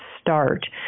start